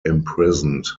imprisoned